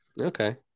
Okay